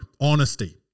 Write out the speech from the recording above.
Honesty